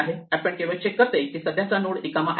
append केवळ check करते कि सध्याचा नोड रिकामा आहे का